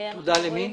תודה למי?